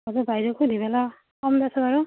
অঁ মই বাইদেউক সুধি পেলাই ক'ম দেচোন বাৰু